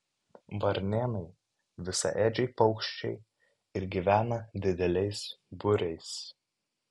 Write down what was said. varnėnai visaėdžiai paukščiai ir gyvena dideliais būriais